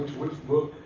which book?